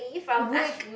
weak